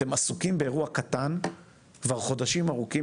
אתם עסוקים באירוע קטן כבר חודשים ארוכים,